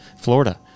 Florida